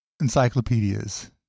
encyclopedias